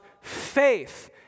faith